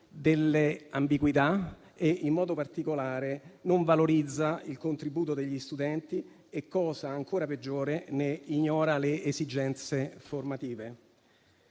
delle ambiguità; in modo particolare, non valorizza il contributo degli studenti e, cosa ancora peggiore, ne ignora le esigenze formative.